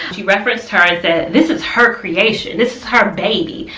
she referenced her and said this is her creation. this is her baby.